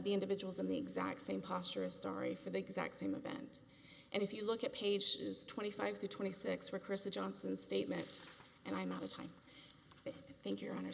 the individuals in the exact same posture a story for the exact same event and if you look at pages twenty five to twenty six where chris a johnson statement and i'm out of time thank your hon